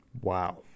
Wow